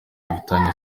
dufitanye